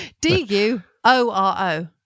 d-u-o-r-o